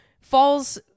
falls